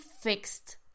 fixed